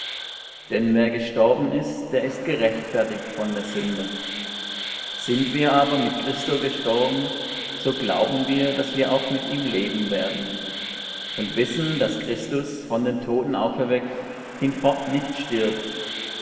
denn wer gestorben ist der ist gerechtfertigt von der sünde sind wir aber mit christo gestorben so glauben wir daß wir auch mit ihm leben werden und wissen daß christus von den toten auferweckt hinfort nicht stirbt